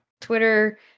Twitter